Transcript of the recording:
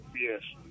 Yes